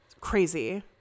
Crazy